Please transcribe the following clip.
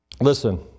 Listen